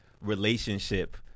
relationship